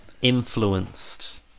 Influenced